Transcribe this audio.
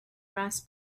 brass